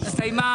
אין לנו בעיה.